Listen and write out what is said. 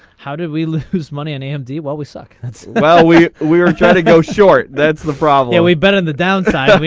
how did we lose money an empty what we suck that's well we we are trying to go short. that's the problem yeah we've been on the downside.